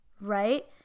right